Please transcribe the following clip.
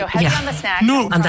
No